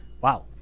wow